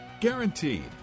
Guaranteed